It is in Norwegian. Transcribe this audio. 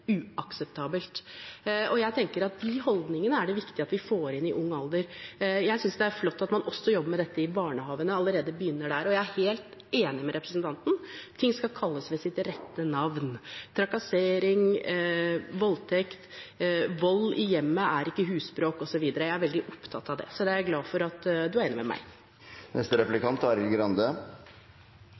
uakseptabelt. Jeg tenker at de holdningene er det viktig at vi får inn i ung alder. Jeg synes det er flott at man også jobber med dette i barnehagen, at man begynner allerede der. Og jeg er helt enig med representanten i at ting skal kalles ved sitt rette navn – trakassering, voldtekt, at vold i hjemmet ikke er husbråk, osv. Jeg er veldig opptatt av det, og det er jeg glad for at representanten er enig med